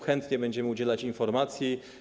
Chętnie będziemy udzielać informacji.